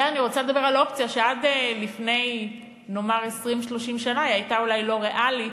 אני רוצה לדבר על אופציה שעד לפני 20 30 שנה הייתה אולי לא ריאלית,